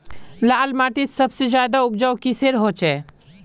लाल माटित सबसे ज्यादा उपजाऊ किसेर होचए?